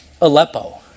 Aleppo